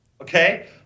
okay